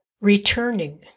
returning